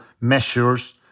measures